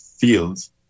fields